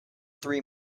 three